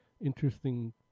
interesting